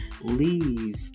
leave